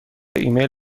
ایمیل